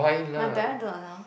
my parent don't allow